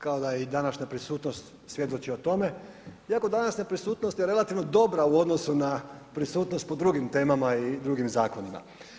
Kao da i današnja prisutnost svjedoči tome, iako današnja prisutnost je relativno dobra u odnosu na prisutnost po drugim temama i drugim zakonima.